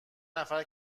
نفر